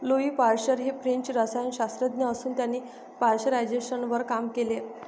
Louis Pasteur हे French रसायनशास्त्रज्ञ असून त्यांनी पाश्चरायझेशनवर काम केले